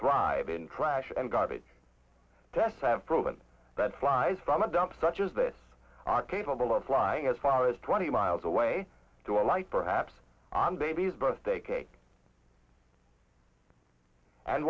thrive in trash and garbage tests have proven that flies from a dump such as this are capable of flying as far as twenty miles away to alight perhaps on babies birthday cake and